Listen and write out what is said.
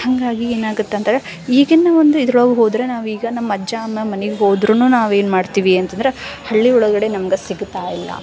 ಹಾಗಾಗಿ ಏನಾಗುತ್ತೆ ಅಂದ್ರೆ ಈಗಿನ ಒಂದು ಇದ್ರೊಳಗೆ ಹೋದರೆ ನಾವೀಗ ನಮ್ಮಜ್ಜ ಅಮ್ಮ ಮನೆಗೆ ಹೋದರೂನು ನಾವೇನು ಮಾಡ್ತೀವಿ ಅಂತಂದ್ರೆ ಹಳ್ಳಿ ಒಳಗಡೆ ನಮ್ಗೆ ಸಿಗುತ್ತಾ ಇಲ್ಲ